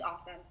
awesome